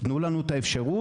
תנו לנו את האפשרות,